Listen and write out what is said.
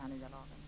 den nya lagen.